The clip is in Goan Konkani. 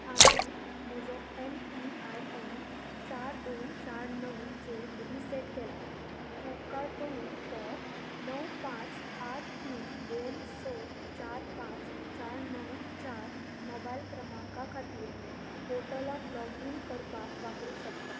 हांवें म्हजो एमपीआयएन चार दोन चार णवचेर रिसॅट केला तूं उपकार करून तो णव पांच आठ तीन दोन स चार पांच चार णव चार मोबायल क्रमांका खातीर पोर्टलात लॉगीन करपाक वापरूंक शकता